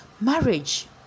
Marriage